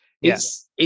Yes